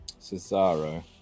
Cesaro